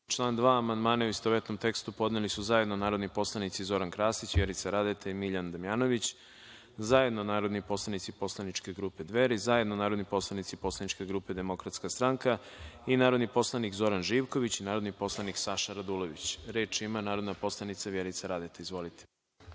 član 2. amandmane, u istovetnom tekstu, podneli su zajedno narodni poslanici Zoran Krasić, Vjerica Radeta i Miljan Damjanović, zajedno narodni poslanici Poslaničke grupe Dveri, zajedno narodni poslanici Poslaničke grupe DS i narodni poslanik Zoran Živković i narodni poslanik Saša Radulović. Reč ima narodna poslanica Vjerica Radeta. Izvolite.